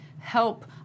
help